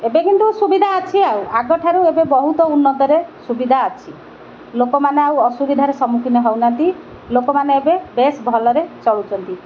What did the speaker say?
ଏବେ କିନ୍ତୁ ସୁବିଧା ଅଛି ଆଉ ଆଗଠାରୁ ଏବେ ବହୁତ ଉନ୍ନତରେ ସୁବିଧା ଅଛି ଲୋକମାନେ ଆଉ ଅସୁବିଧାରେ ସମ୍ମୁଖୀନ ହଉ ନାହାନ୍ତି ଲୋକମାନେ ଏବେ ବେଶ ଭଲରେ ଚଳୁଛନ୍ତି